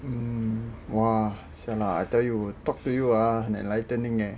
hmm !wah! !siala! I tell you talk to you ah enlightening eh